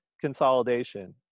consolidation